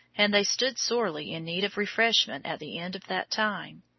and they stood sorely in need of refreshment at the end of that time.